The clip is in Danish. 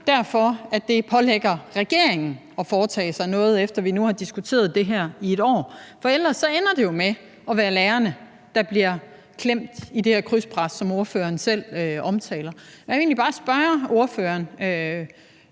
derfor, at det pålægger regeringen at foretage sig noget, efter at vi nu har diskuteret det her i et år, for ellers ender det jo med at være lærerne, der bliver klemt i det her krydspres, som ordføreren selv omtaler. Jeg vil egentlig bare spørge ordføreren,